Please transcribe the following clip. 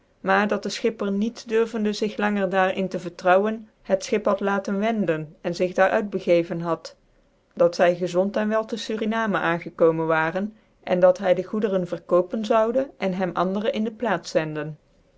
maar dat dc schipper niet durvende zig langer daar in betrouwen bet schip had laten wenden en zig daar uit begeven had dat zy gezond cn wel tc suriname aangekomen waren cn dat hy dc goederen verkopen zoude cn hem andere in de plaats